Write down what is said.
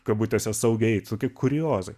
kabutėse saugiai tokie kuriozai